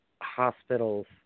hospital's